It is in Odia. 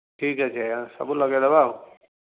ଠିକ୍ ଅଛି ଆଜ୍ଞା ସବୁ ଲଗେଇଦେବା ଆଉ